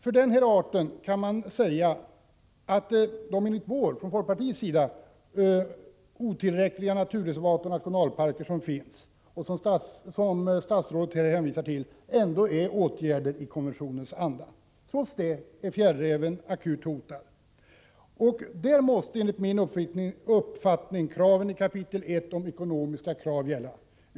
När det gäller skyddet för denna art kan man säga att inrättandet av de enligt folkpartiets uppfattning otillräckliga naturreservaten och nationalparkerna, som statsrådet hänvisar till, ändå är åtgärder i konventionens anda. Trots detta är fjällräven akut hotad. I det här fallet måste enligt min uppfattning det som sägs i kap. I om ekonomiska krav 39 gälla.